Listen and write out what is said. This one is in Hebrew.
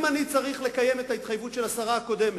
אם אני צריך לקיים את ההתחייבות של השרה הקודמת,